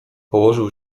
położył